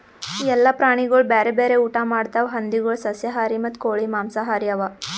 ಎಲ್ಲ ಪ್ರಾಣಿಗೊಳ್ ಬ್ಯಾರೆ ಬ್ಯಾರೆ ಊಟಾ ಮಾಡ್ತಾವ್ ಹಂದಿಗೊಳ್ ಸಸ್ಯಾಹಾರಿ ಮತ್ತ ಕೋಳಿ ಮಾಂಸಹಾರಿ ಅವಾ